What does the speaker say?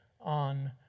on